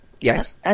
Yes